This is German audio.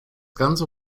ganze